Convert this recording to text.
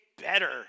better